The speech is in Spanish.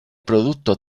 producto